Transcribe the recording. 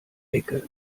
ecke